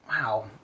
Wow